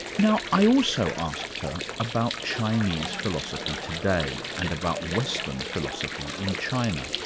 now, i also asked her about chinese philosophy today, and about western philosophy in china.